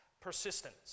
persistence